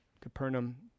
Capernaum